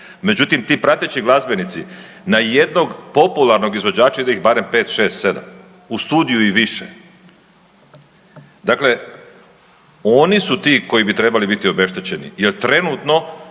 međutim, ti prateći glazbenici na jednog popularnog izvođača, ide ih barem 5, 6, 7. U studiju i više. Dakle, oni su ti koji bi trebali biti obeštećeni jer trenutno